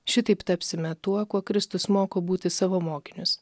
šitaip tapsime tuo kuo kristus moko būti savo mokinius